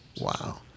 Wow